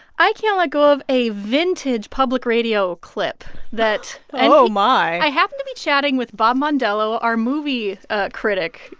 i can't let go of a vintage public radio clip that. oh, my i happened to be chatting with bob mondello, our movie critic,